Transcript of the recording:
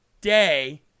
day